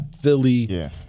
Philly